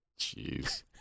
Jeez